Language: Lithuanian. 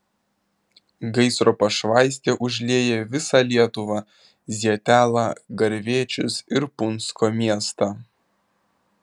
gaisro pašvaistė užlieja visą lietuvą zietelą gervėčius ir punsko miestą